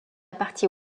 partie